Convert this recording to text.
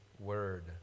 word